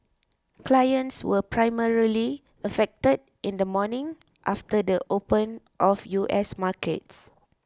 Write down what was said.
clients were primarily affected in the morning after the the open of U S markets